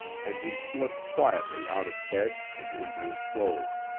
and he slipped quietly out of bed and into his clothes.